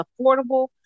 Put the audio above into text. affordable